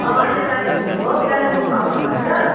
अँ यो कालिम्पोङ हो कालिम्पोङ आउनु मन छ